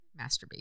Masturbate